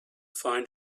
find